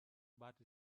but